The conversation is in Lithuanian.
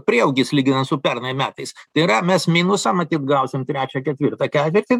prieaugis lyginant su pernai metais tai yra mes minusą matyt gausim trečią ketvirtą ketvirtį